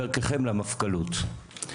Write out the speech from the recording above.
ואולי תסללו את דרכיכם למפכ"לות.